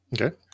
Okay